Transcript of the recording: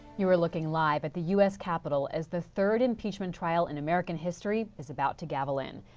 you are looking live at the u s. capitol as the third impeachment trial in american history is about to gavel in.